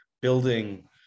building